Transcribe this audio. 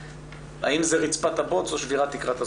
האם זה רצפת הבוץ או שבירת תקרת הזכוכית.